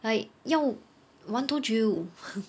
like 要玩多久